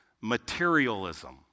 materialism